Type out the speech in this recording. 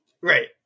right